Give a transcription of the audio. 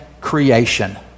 creation